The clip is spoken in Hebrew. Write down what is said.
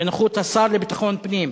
בנוכחות השר לביטחון הפנים,